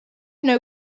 know